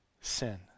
Sin